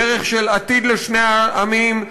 דרך של עתיד לשני העמים,